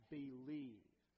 believe